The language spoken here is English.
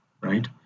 right